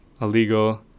illegal